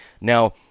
Now